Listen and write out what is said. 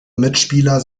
mitspieler